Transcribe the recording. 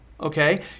Okay